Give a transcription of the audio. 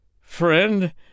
Friend